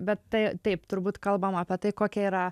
bet tai taip turbūt kalbama apie tai kokia yra